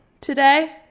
today